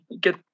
get